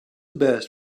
best